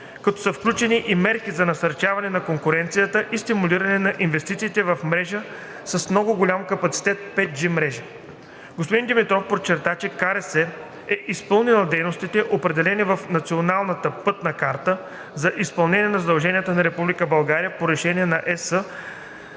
като са включени и мерки за насърчаване на конкуренцията и стимулиране на инвестициите в мрежи с много голям капацитет и 5G мрежи. Господин Димитров подчерта, че КРС е изпълнила дейностите, определени в Националната пътна карта за изпълнение на задълженията на Република